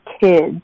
kids